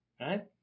right